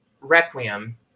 Requiem